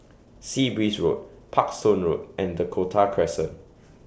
Sea Breeze Road Parkstone Road and Dakota Crescent